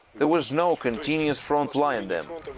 there was no continuous front line then.